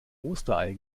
osterei